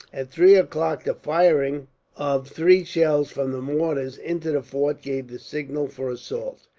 at three o'clock, the firing of three shells from the mortars into the fort gave the signal for assault.